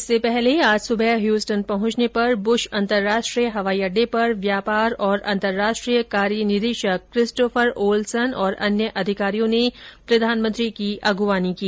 इससे पहले आज सुबह ह्युस्टन पहुंचने पर बुश अंतर्राष्ट्रीय हवाई अड्डे पर व्यापार और अंतर्राष्ट्रीय कार्य निदेशक क्रिस्टोफर ओलसन और अन्य अधिकारियों ने प्रधानमंत्री की अगवानी की